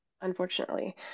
Unfortunately